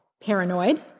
paranoid